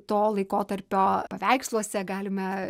to laikotarpio paveiksluose galime